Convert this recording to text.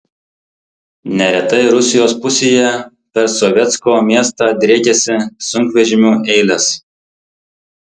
neretai rusijos pusėje per sovetsko miestą driekiasi sunkvežimių eilės